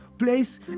place